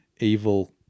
evil